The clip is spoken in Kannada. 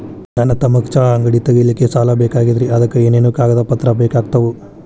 ನನ್ನ ತಮ್ಮಗ ಚಹಾ ಅಂಗಡಿ ತಗಿಲಿಕ್ಕೆ ಸಾಲ ಬೇಕಾಗೆದ್ರಿ ಅದಕ ಏನೇನು ಕಾಗದ ಪತ್ರ ಬೇಕಾಗ್ತವು?